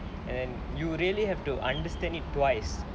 and then you really have to understand it twice